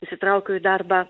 įsitraukiau į darbą